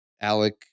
Alec